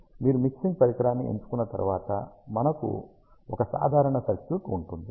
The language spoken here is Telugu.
కాబట్టి మీరు మిక్సింగ్ పరికరాన్ని ఎంచుకున్న తర్వాత మనకు ఒక సాధారణ సర్క్యూట్ ఉంటుంది